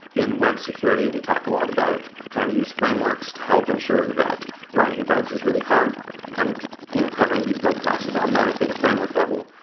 in web security, we talk a lot about trying to use frameworks to help ensure that writing bugs is really hard and you know covering these bug classes automatically to framework level,